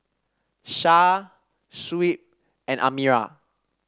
Syah Shuib and Amirah